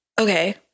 okay